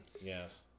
Yes